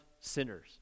sinners